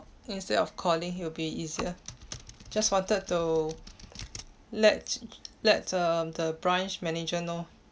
instead of calling it will be easier just wanted to let let uh the branch manager know